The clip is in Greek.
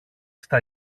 στα